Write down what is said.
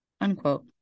unquote